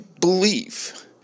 believe